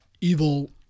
Evil